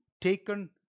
taken